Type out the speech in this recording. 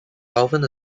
southern